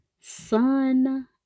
Sun